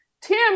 Tim